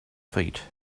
feet